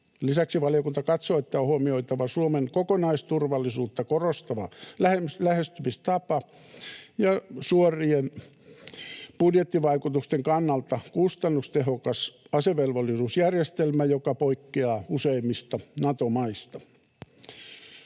Lisäksi valiokunta katsoo, että on huomioitava Suomen kokonaisturvallisuutta korostava lähestymistapa ja suorien budjettivaikutusten kannalta kustannustehokas asevelvollisuusjärjestelmä, joka poikkeaa useimmista Nato-maista.